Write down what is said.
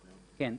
כן,